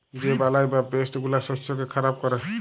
যে বালাই বা পেস্ট গুলা শস্যকে খারাপ ক্যরে